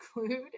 include